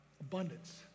Abundance